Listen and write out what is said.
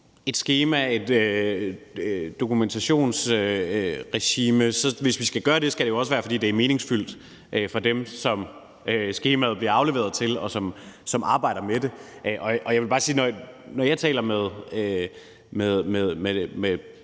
et skema, et dokumentationsregime, skal det jo også være, fordi det er meningsfyldt for dem, skemaet bliver afleveret til, og som arbejder med det, og jeg vil bare sige, at når jeg taler med